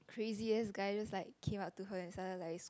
craziest guy just like came up to her and started like